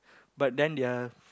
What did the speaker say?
but then they are